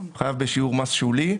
חייב בשיעור מס שולי,